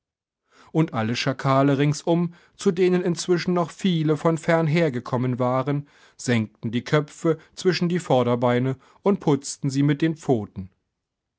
und alle schakale ringsum zu denen inzwischen noch viele von fernher gekommen waren senkten die köpfe zwischen die vorderbeine und putzten sie mit den pfoten